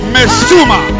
Mesuma